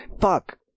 Fuck